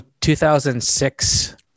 2006